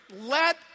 Let